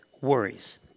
worries